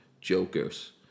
jokers